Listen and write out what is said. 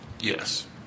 Yes